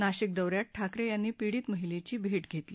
नाशिक दौऱ्यात ठाकरे यांनी पीडित महिलेची भेट घेतली